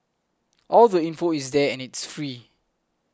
all the info is there and it's free